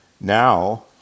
now